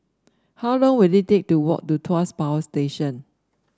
how long will it take to walk to Tuas Power Station